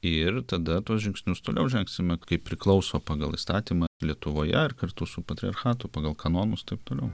ir tada tuos žingsnius toliau žengsime kaip priklauso pagal įstatymą lietuvoje ir kartu su patriarchatu pagal kanonus taip toliau